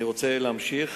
אני רוצה להמשיך.